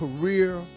career